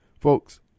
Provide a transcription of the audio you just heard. Folks